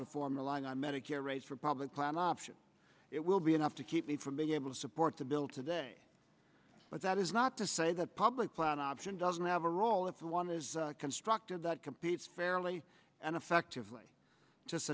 reform the line on medicare rates for a public plan option it will be enough to keep me from being able to support the bill today but that is not to say that public plan option doesn't have a role if one is constructed that competes fairly and effectively